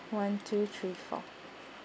one two three four